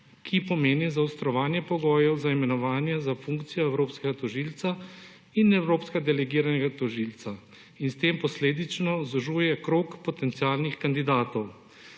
ki pomeni zaostrovanje pogojev za imenovanje za funkcijo evropskega tožilca in evropskega delegiranega tožilca in s tem posledično zožuje krog potencialnih kandidatov.